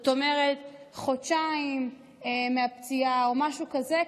זאת אומרת חודשיים מהפציעה או משהו כזה,